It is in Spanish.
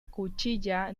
cuchilla